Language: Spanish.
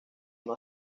uno